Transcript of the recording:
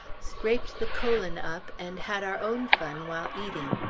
scraped the colon up and had our own fun while eating.